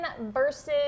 versus